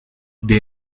ndi